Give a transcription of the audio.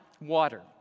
water